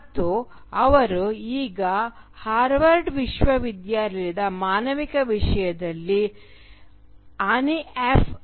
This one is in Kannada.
ಮತ್ತು ಅವರು ಈಗ ಹಾರ್ವರ್ಡ್ ವಿಶ್ವವಿದ್ಯಾಲಯದ ಮಾನವಿಕ ವಿಷಯದಲ್ಲಿ ಆನಿ ಎಫ್